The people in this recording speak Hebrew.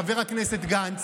חבר הכנסת גנץ,